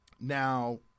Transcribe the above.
Now